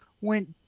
went